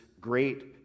great